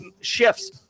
shifts